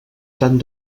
tant